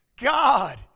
God